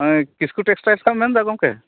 ᱚᱱᱮ ᱠᱤᱥᱠᱩ ᱴᱮᱠᱥᱴᱟᱭᱤᱞ ᱠᱷᱚᱱᱮᱢ ᱢᱮᱱᱫᱟ ᱜᱚᱢᱠᱮ